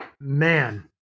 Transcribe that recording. Man